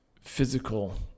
physical